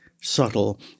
subtle